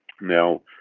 Now